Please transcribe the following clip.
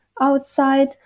outside